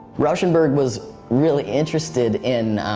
rauschenberg was really interested in,